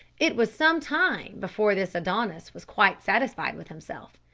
it was some time before this adonis was quite satisfied with himself.